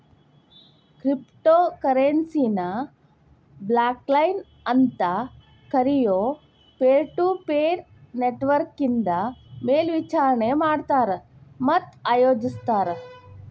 crypto ಕರೆನ್ಸಿನ blockchain ಅಂತ್ ಕರಿಯೊ ಪೇರ್ಟುಪೇರ್ ನೆಟ್ವರ್ಕ್ನಿಂದ ಮೇಲ್ವಿಚಾರಣಿ ಮಾಡ್ತಾರ ಮತ್ತ ಆಯೋಜಿಸ್ತಾರ